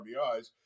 RBIs